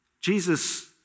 Jesus